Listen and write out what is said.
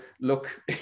look